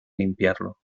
limpiarlo